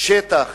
שטח